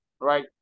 right